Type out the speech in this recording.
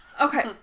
Okay